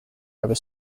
over